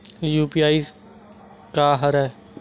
UPI का हरय?